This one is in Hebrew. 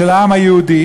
של העם היהודי,